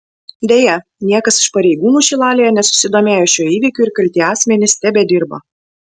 deja niekas iš pareigūnų šilalėje nesusidomėjo šiuo įvykiu ir kalti asmenys tebedirba